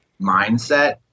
mindset